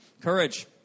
Courage